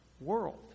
world